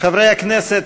חברי הכנסת,